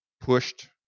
pushed